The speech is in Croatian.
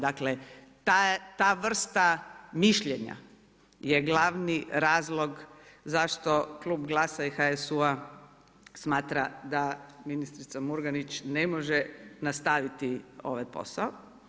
Dakle, ta vrsta mišljenja je glavni razlog zašto Klub GLAS-a i HSU-a smatra da ministrica Murganić ne može nastaviti ovaj posao.